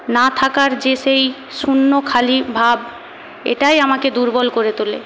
না থাকার যে সেই শূন্য খালি ভাব এটাই আমাকে দুর্বল করে তোলে